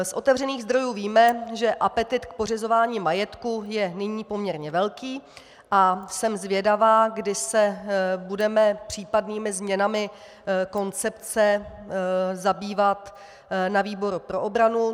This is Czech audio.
Z otevřených zdrojů víme, že apetyt k pořizování majetku je nyní poměrně velký, a jsem zvědavá, kdy se budeme případnými změnami koncepce zabývat na výboru pro obranu.